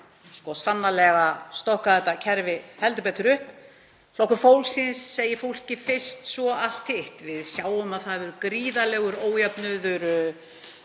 sannarlega stokka þetta kerfi heldur betur upp. Flokkur fólksins segir: Fólkið fyrst, svo allt hitt. Við sjáum að það verður gríðarlegur ójöfnuður